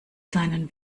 seinen